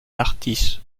artistes